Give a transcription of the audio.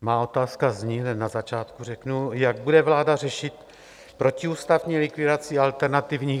Má otázka zní, hned na začátku řeknu: Jak bude vláda řešit protiústavní likvidaci alternativních webů?